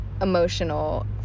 emotional